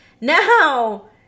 Now